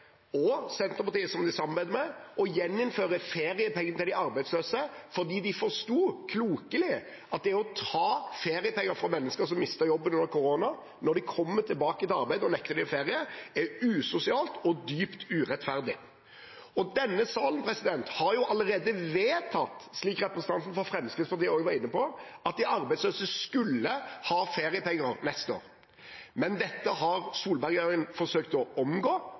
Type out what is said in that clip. og Senterpartiet, som de samarbeider med – å gjeninnføre feriepenger til de arbeidsløse fordi de forsto, klokelig, at det å ta feriepenger fra mennesker som mistet jobben under korona, som kommer tilbake til arbeid og blir nektet ferie, er usosialt og dypt urettferdig. Denne salen har jo allerede vedtatt, slik representanten fra Fremskrittspartiet også var inne på, at de arbeidsløse skulle ha feriepenger neste år. Men dette har Solberg-regjeringen forsøkt å omgå